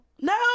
No